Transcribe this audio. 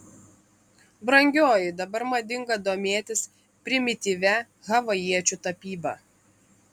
brangioji dabar madinga domėtis primityvia havajiečių tapyba